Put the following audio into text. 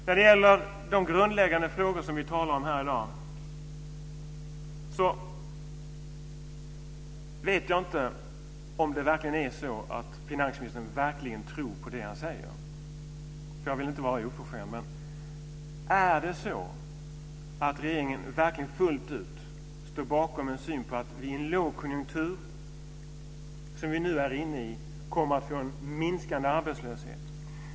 När det gäller de grundläggande frågor som vi talar om här i dag vet jag inte om finansministern verkligen tror på det han säger. Jag vill inte vara oförskämd, men står regeringen verkligen fullt ut bakom att vi vid en lågkonjunktur, som vi nu är inne i, kommer att få en minskande arbetslöshet?